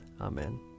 Amen